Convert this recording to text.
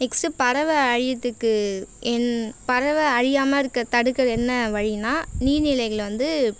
next பறவை அழிகிறதுக்கு என் பறவை அழியாமல் இருக்க தடுக்க என்ன வழின்னால் நீர்நிலைகளை வந்து